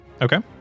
Okay